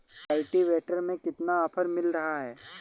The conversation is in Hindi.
कल्टीवेटर में कितना ऑफर मिल रहा है?